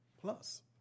plus